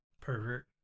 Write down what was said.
Pervert